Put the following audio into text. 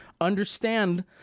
understand